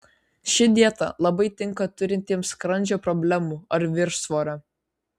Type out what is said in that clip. ši dieta labai tinka turintiems skrandžio problemų ar viršsvorio